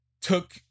took